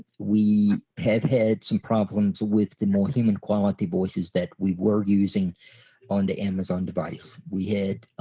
we have had some problems with the more human quality voices that we were using on the amazon device we had.